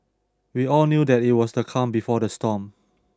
we all knew that it was the calm before the storm